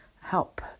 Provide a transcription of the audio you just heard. help